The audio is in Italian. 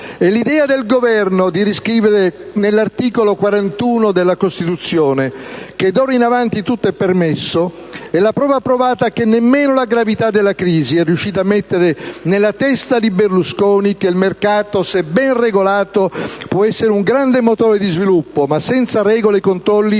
E l'idea del Governo di riscrivere nell'articolo 41 della Costituzione che d'ora in avanti è tutto permesso è la prova provata che nemmeno la gravità della crisi è riuscita a mettere nella testa di Berlusconi che il mercato, se ben regolato, può essere un grande motore di sviluppo, ma senza regole e controlli